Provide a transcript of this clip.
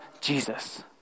Jesus